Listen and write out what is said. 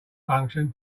function